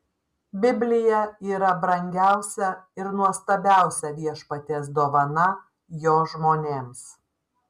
biblija yra brangiausia ir nuostabiausia viešpaties dovana jo žmonėms